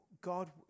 God